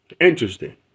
Interesting